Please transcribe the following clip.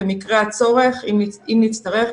במקרה הצורך אם נצטרך,